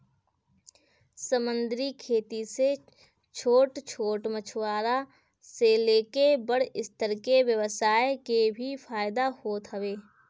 समंदरी खेती से छोट छोट मछुआरा से लेके बड़ स्तर के व्यवसाय के भी फायदा होत हवे